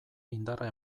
indarra